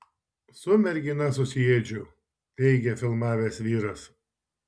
su mergina susiėdžiau teigia filmavęs vyras